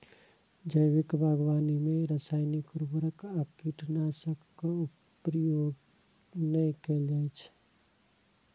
जैविक बागवानी मे रासायनिक उर्वरक आ कीटनाशक के प्रयोग नै कैल जाइ छै